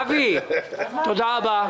אבי, תודה רבה.